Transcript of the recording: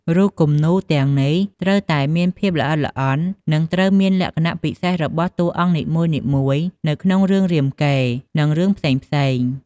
រូបគំនូរទាំងនេះត្រូវតែមានភាពល្អិតល្អន់ និងត្រូវតាមលក្ខណៈពិសេសរបស់តួអង្គនីមួយៗនៅក្នុងរឿងរាមកេរ្តិ៍ និងរឿងផ្សេងៗ។